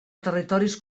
territoris